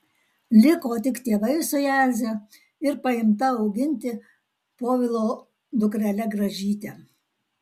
liko tik tėvai su jadze ir paimta auginti povilo dukrele gražyte